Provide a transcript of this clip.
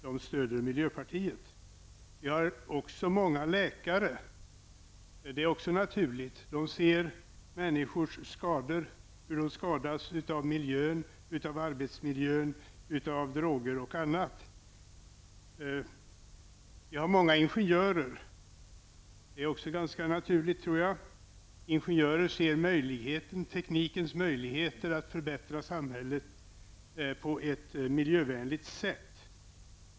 De stöder miljöpartiet. Vi har också många läkare. Det är också naturligt. De ser de skador människor får av miljön, arbetsmiljön, droger och annat. Vi har många ingenjörer. Det är också ganska naturligt, tror jag. Ingenjörer ser teknikens möjligheter att förbättra samhället på ett miljövänligt sätt.